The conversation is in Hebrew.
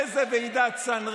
איזה ועידת סן רמו?